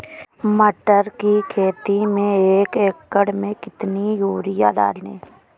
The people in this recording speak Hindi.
मटर की खेती में एक एकड़ में कितनी यूरिया डालें?